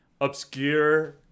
obscure